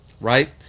Right